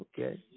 Okay